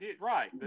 right